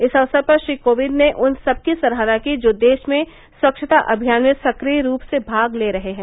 इस अवसर पर श्री कोविंद ने उन सबकी सराहना की जो देश में स्वच्छता अभियान में सक्रिय रूप से भाग ले रहे हैं